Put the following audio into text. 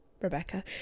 Rebecca